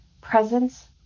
presence